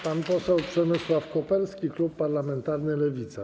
Pan poseł Przemysław Koperski, klub parlamentarny Lewica.